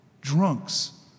Drunks